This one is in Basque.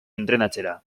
entrenatzera